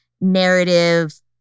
narrative